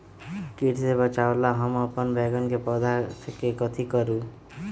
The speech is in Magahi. किट से बचावला हम अपन बैंगन के पौधा के कथी करू?